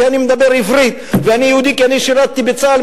אני מדבר עברית ואני יהודי כי אני שירתי בצה"ל,